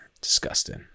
Disgusting